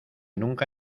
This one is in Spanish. nunca